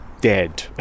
dead